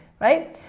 right?